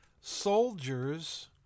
Soldiers